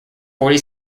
forty